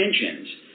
intentions